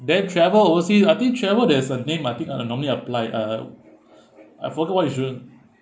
then travel overseas I think travel there is a name I think I uh normally apply uh I forgot what insurance